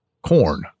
corn